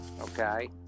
okay